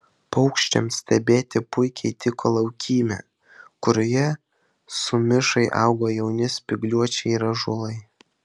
paukščiams stebėti puikiai tiko laukymė kurioje sumišai augo jauni spygliuočiai ir ąžuolai